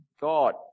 God